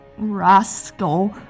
Rascal